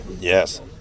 Yes